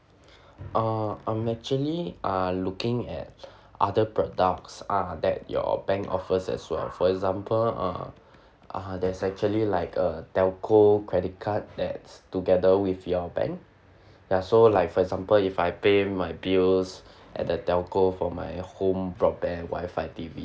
uh I'm actually ah looking at other products uh that your bank offers as well for example uh ah there's actually like uh telco credit card that's together with your bank ya so like for example if I pay my bills at the telco for my home broadband wi-fi T_V